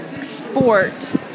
sport